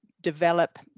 develop